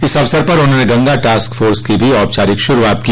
इस अवसर पर उन्होंने गंगा टास्क फोर्स की भी औपचारिक शुरूआत की